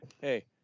Hey